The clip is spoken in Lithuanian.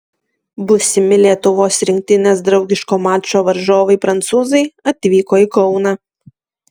būsimi lietuvos rinktinės draugiško mačo varžovai prancūzai atvyko į kauną